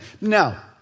Now